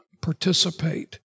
participate